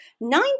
nine